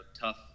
tough